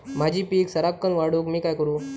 माझी पीक सराक्कन वाढूक मी काय करू?